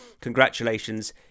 congratulations